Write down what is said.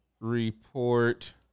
Report